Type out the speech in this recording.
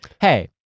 hey